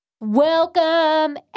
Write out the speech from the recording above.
Welcome